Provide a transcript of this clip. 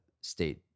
state